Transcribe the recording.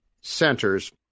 centers